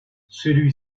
celui